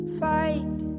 fight